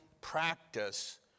practice